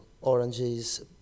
oranges